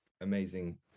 amazing